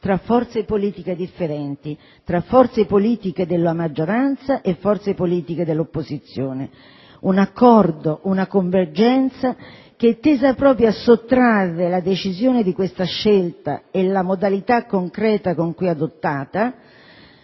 tra forze politiche differenti, tra forze politiche della maggioranza e dell'opposizione. Un accordo, una convergenza, tesi a sottrarre la decisione di questa scelta e la modalità concreta con cui è adottata